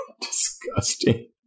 Disgusting